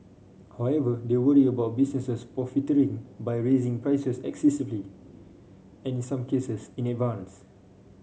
however they worry about businesses profiteering by raising prices excessively and in some cases in advance